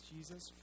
Jesus